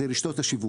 זה רשתות השיווק.